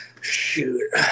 Shoot